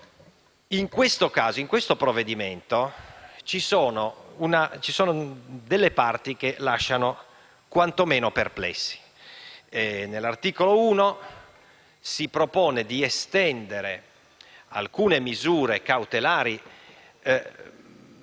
In questo caso, nel provvedimento in esame ci sono delle parti che lasciano quantomeno perplessi. All'articolo 1 si propone di estendere alcune misure cautelari,